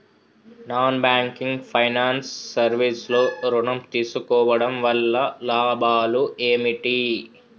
Non banking finance service లో ఋణం తీసుకోవడం వల్ల లాభాలు ఏమిటి?